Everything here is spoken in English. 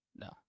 no